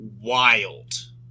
wild